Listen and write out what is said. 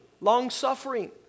long-suffering